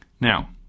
Now